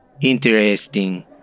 Interesting